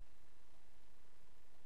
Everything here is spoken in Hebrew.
משלמים את המחיר שזה ראש הממשלה וזו הקואליציה שלו.